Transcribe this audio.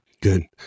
Good